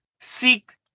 Seek